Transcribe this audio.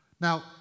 Now